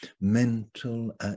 mental